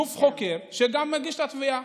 גוף חוקר, שגם מגיש את התביעה.